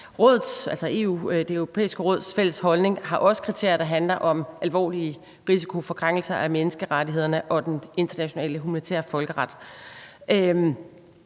Det Europæiske Råds fælles holdning har også kriterier, der handler om de tilfælde, hvor der kan være en alvorlig risiko for krænkelser af menneskerettighederne og den internationale humanitære folkeret,